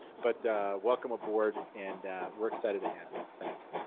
but welcome aboard and we're excited to have you, thanks.